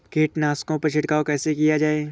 कीटनाशकों पर छिड़काव कैसे किया जाए?